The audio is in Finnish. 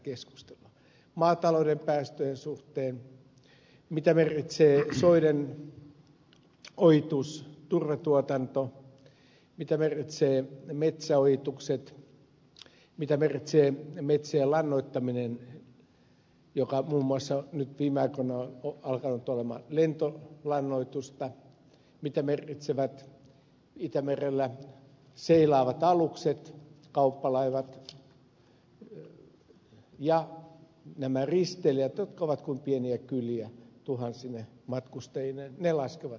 keskustelua maatalouden päästöistä siitä mitä merkitsee soiden ojitus turvetuotanto mitä merkitsevät metsäojitukset mitä merkitsee metsien lannoittaminen joka muun muassa nyt viime aikoina on alkanut olla lentolannoitusta mitä merkitsee se että itämerellä seilaavat alukset kauppalaivat ja risteilijät jotka ovat kuin pieniä kyliä tuhansine matkustajineen laskevat jätevetensä itämereen